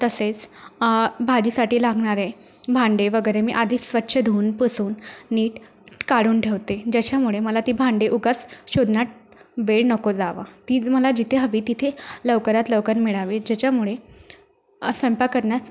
तसेच भाजीसाठी लागणारे भांडे वगैरे मी आधी स्वच्छ धुवून पुसून नीट काढून ठेवते ज्याच्यामुळे मला ते भांडे उगाच शोधण्यात वेळ नको जावा तीज मला जिथे हवी तिथे लवकरात लवकर मिळावे ज्याच्यामुळे स्वयंपाक करण्यास